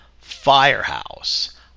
Firehouse